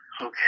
Okay